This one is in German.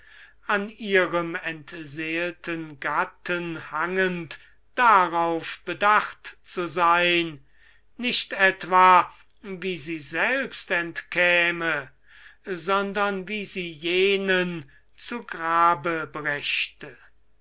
an ihrem entseelten gatten hangend darauf bedacht zu sein nicht etwa wie sie selbst entkäme sondern wie sie jenen zu grabe brächte